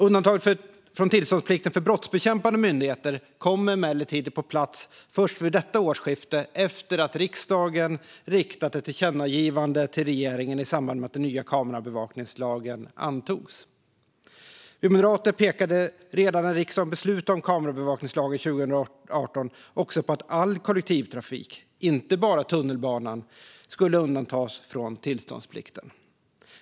Undantaget från tillståndsplikten för brottsbekämpande myndigheter kom emellertid på plats först vid detta årsskifte efter att riksdagen riktat ett tillkännagivande till regeringen i samband med att den nya kamerabevakningslagen antogs. Vi moderater pekade redan när riksdagen beslutade om kamerabevakningslagen 2018 också på att all kollektivtrafik, inte bara tunnelbanan, skulle undantas från tillståndsplikten.